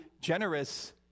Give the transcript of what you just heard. generous